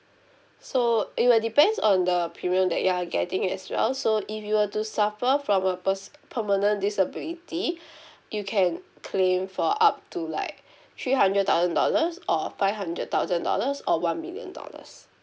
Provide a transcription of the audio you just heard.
so it will depends on the premium that you're getting as well so if you were to suffer from a person permanent disability you can claim for up to like three hundred thousand dollars or five hundred thousand dollars or one million dollars